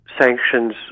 sanctions